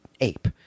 ape